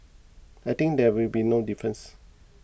I think there will be no difference